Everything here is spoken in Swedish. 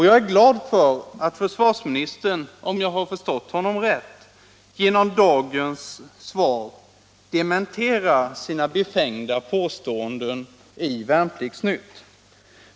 Jag är glad för att försvarsministern, om jag förstått honom rätt, genom dagens svar dementerar sina befängda påståenden i Värnplikts-Nytt.